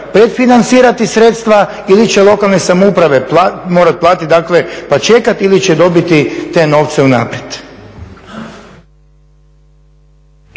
predfinancirati sredstva ili će lokalne samouprave morati platiti, dakle pa čekati ili će dobiti te novce unaprijed?